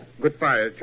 Goodbye